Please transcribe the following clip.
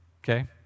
Okay